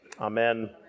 Amen